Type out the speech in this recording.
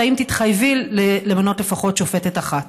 והאם תתחייבי למנות לפחות שופטת אחת?